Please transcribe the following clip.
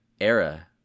era